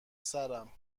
سرم